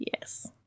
Yes